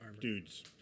dudes